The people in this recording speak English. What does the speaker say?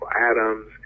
Adams